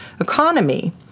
economy